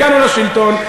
הגענו לשלטון,